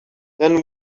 then